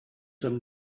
them